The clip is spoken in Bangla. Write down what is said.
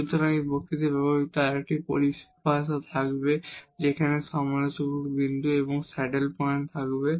সুতরাং এই বক্তৃতায় ব্যবহৃত আরেকটি পরিভাষা থাকবে সেখানে ক্রিটিকাল পয়েন্ট এবং স্যাডল পয়েন্ট থাকবে